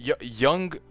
young